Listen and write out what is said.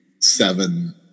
seven